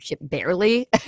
barely